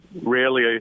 rarely